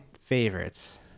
favorites